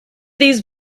these